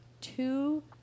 two